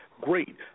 great